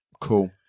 cool